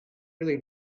really